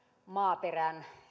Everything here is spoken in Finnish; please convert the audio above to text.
maaperän